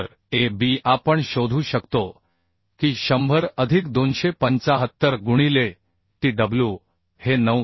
तर a b आपण शोधू शकतो की 100 अधिक 275 गुणिले tw हे 9